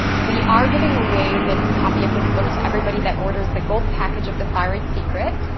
and we are giving away this copy of this book to everybody that orders the gold package of the thyroid secret.